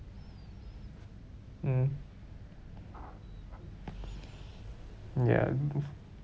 mm ya